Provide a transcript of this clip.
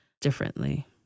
differently